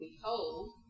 behold